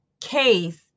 case